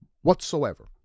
whatsoever